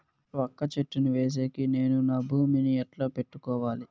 వక్క చెట్టును వేసేకి నేను నా భూమి ని ఎట్లా పెట్టుకోవాలి?